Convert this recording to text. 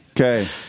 Okay